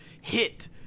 hit